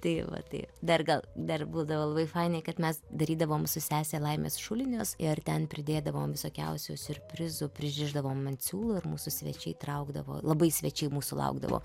tai va tai dar gal dar būdavo labai fainiai kad mes darydavom su sese laimės šulinius ir ten pridėdavom visokiausių siurprizų pririšdavom ant siūlo ir mūsų svečiai traukdavo labai svečiai mūsų laukdavo